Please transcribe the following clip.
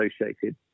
associated